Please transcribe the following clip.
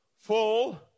full